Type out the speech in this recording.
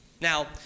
Now